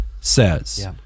says